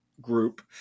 group